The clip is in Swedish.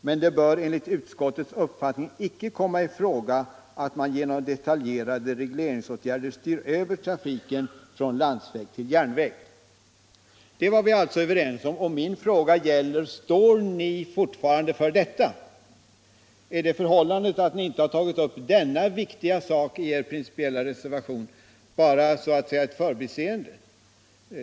Men det bör enligt utskottets uppfattning icke komma i fråga att man genom detaljerade regleringsåtgärder styr över trafiken från landsväg till järnväg.” Det var vi alltså överens om. Min fråga är: Står ni socialdemokrater fortfarande för detta? Är det förhållandet att ni inte har tagit upp denna viktiga sak i er principiella reservation bara ett förbiseende?